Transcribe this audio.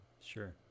Sure